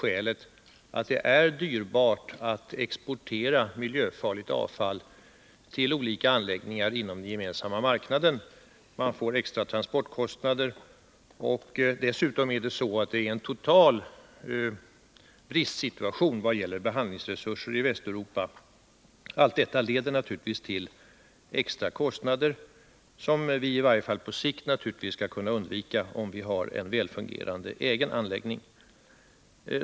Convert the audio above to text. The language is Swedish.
Skälet är att det är dyrbart att exportera miljöfarligt avfall qv miljöfarligt till olika anläggningar inom den Gemensamma marknaden. Man får extra avfall transportkostnader, och dessutom har man att räkna med en total bristsituation i Europa i vad gäller behandlingsresurser. Allt detta leder givetvis till extra kostnader, som vi i varje fall på sikt bör kunna undvika, om vi får en väl fungerande egen anläggning.